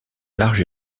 large